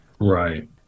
right